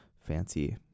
fancy